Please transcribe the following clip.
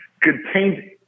contained